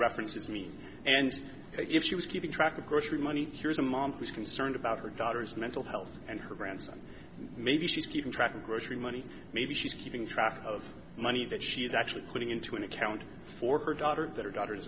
references mean and if she was keeping track of grocery money here's a mom who's concerned about her daughter's mental health and her grandson maybe she's keeping track of grocery money maybe she's keeping track of money that she is actually putting into an account for her daughter that